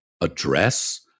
address